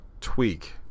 tweak